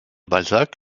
balzac